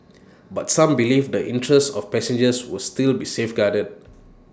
but some believe the interests of passengers will still be safeguarded